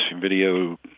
video